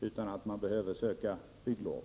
utan att man behöver söka bygglov?